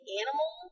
animal